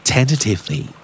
Tentatively